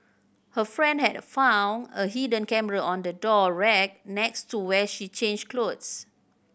her friend had found a hidden camera on the door rack next to where she changed clothes